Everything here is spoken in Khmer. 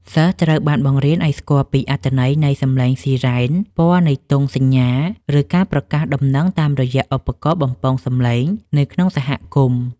សិស្សត្រូវបានបង្រៀនឱ្យស្គាល់ពីអត្ថន័យនៃសំឡេងស៊ីរ៉ែន ពណ៌នៃទង់សញ្ញា ឬការប្រកាសដំណឹងតាមរយៈឧបករណ៍បំពងសំឡេងនៅក្នុងសហគមន៍។